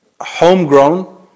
homegrown